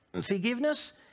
Forgiveness